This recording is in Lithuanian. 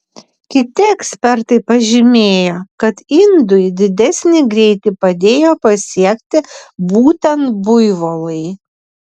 kiti ekspertai pažymėjo kad indui didesnį greitį padėjo pasiekti būtent buivolai